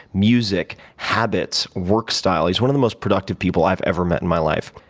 music, habits, work style. he's one of the most productive people i've ever met in my life.